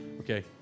Okay